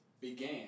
began